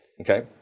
Okay